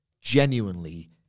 genuinely